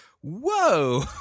Whoa